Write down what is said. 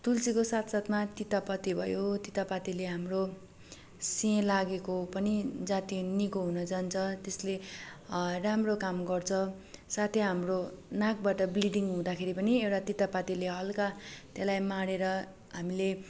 तुलसीको सात साथमा तितेपाती भयो तितेपातीले हाम्रो सिहेँ लागेको पनि जाती निको हुन जान्छ त्यसले राम्रो काम गर्छ सातै हाम्रो नाकबट ब्लिडिङ हुँदाखेरि पनि एउटा तितेपातीले हल्का त्यसलाई माडेर हामीले